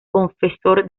confesor